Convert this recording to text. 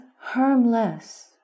harmless